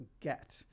get